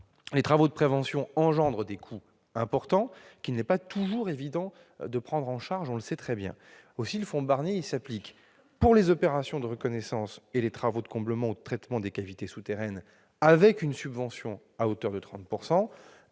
Les travaux de prévention engendrent des coûts importants, qu'il n'est pas toujours évident de prendre en charge. Aussi, le Fonds Barnier s'applique pour les opérations de reconnaissance et les travaux de comblement ou de traitement des cavités souterraines, avec une subvention à hauteur de 30%,